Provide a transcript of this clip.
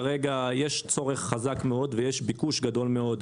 כרגע יש צורך חזק מאוד וביקוש גדול מאוד,